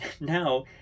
now